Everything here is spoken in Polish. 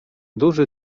duży